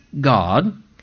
God